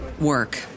work